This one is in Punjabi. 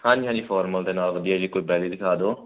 ਹਾਂਜੀ ਹਾਂਜੀ ਫਾਰਮਲ ਦੇ ਨਾਲ ਵਧੀਆ ਜਿਹੀ ਕੋਈ ਬੈਲੀ ਦਿਖਾ ਦਿਉ